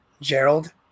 Gerald